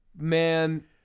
Man